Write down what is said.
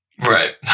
Right